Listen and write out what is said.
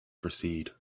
proceed